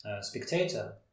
spectator